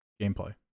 gameplay